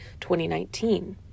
2019